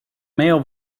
male